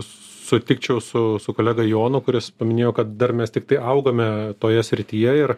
sutikčiau su su kolega jonu kuris paminėjo kad dar mes tiktai augame toje srityje ir